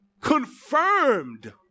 confirmed